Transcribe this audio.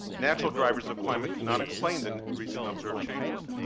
natural drivers of climate cannot explain the and recent observed changes.